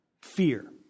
fear